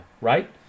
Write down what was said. right